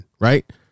right